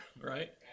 right